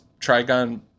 trigon